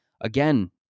again